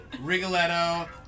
Rigoletto